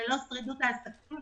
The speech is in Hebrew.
וללא שרידות העסקים